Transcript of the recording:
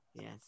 Yes